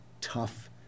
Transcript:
tough